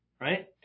right